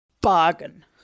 Bargain